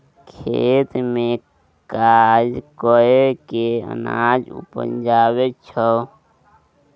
खेत मे काज कय केँ अनाज उपजाबै छै